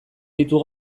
ditu